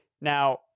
Now